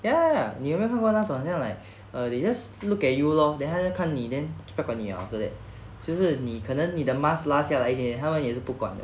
ya 你有没有看过那种好像 like uh they just look at you long then 等下他再看你 then 就不要管你 liao after that 就是你可能你的 mask 拉下来一点他们也是不管的